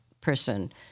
person